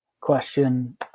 question